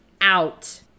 out